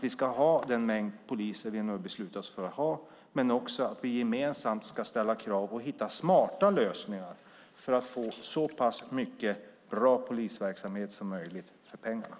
Vi ska ha den mängd poliser som vi nu har beslutat oss för att ha. Men vi ska också gemensamt ställa krav och hitta smarta lösningar för att få så pass mycket bra polisverksamhet som möjligt för pengarna.